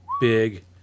big